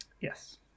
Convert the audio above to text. Yes